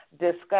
discuss